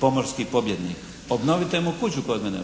pomorski pobjednik. Obnovite mu kuću kod mene